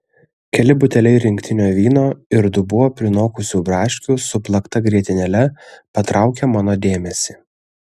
keli buteliai rinktinio vyno ir dubuo prinokusių braškių su plakta grietinėle patraukia mano dėmesį